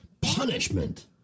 Punishment